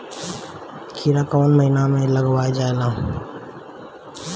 खीरा कौन महीना में लगावल जाला?